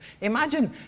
Imagine